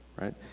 right